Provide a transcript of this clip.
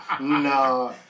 No